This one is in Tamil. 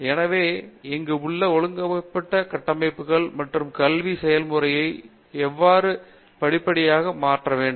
எனவே இங்கு உள்ள ஒழுங்கமைக்கப்பட்ட கட்டமைப்புகள் மற்றும் கல்வி செயல்முறைகளுக்கு ஏற்றவாறு படிப்படியாக மாற வேண்டும்